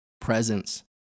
presence